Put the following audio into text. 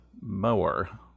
mower